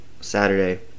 Saturday